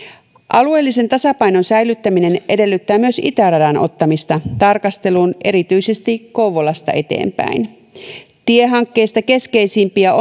alueellisen tasapainon säilyttäminen edellyttää myös itäradan ottamista tarkasteluun erityisesti kouvolasta eteenpäin tiehankkeista keskeisimpiä